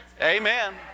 Amen